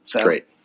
Great